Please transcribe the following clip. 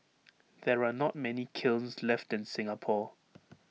there are not many kilns left in Singapore